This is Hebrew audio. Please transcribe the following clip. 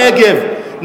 נגב.